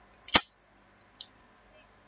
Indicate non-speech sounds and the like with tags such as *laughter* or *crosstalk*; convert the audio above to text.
*noise*